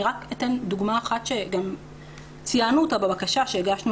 אני רק אתן דוגמה אחת שגם ציינו אותה בבקשה שהגשנו